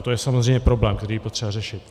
To je samozřejmě problém, který je potřeba řešit.